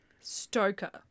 stoker